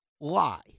lie